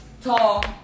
tall